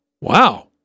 Wow